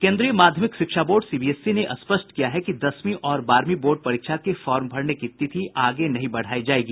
केन्द्रीय माध्यमिक शिक्षा बोर्ड सीबीएसई ने स्पष्ट किया है कि दसवीं और बारहवीं बोर्ड परीक्षा के फॉर्म भरने की तिथि आगे नहीं बढ़ायी जायेगी